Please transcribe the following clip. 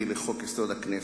לחוק-יסוד: הכנסת,